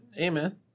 Amen